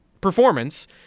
performance